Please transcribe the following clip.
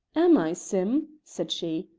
am i, sim? said she.